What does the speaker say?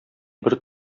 бер